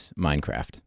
Minecraft